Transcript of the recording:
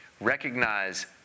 Recognize